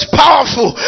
powerful